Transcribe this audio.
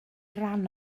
rhan